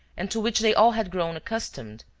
and to which they all had grown accustomed,